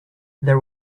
there